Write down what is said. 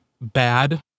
bad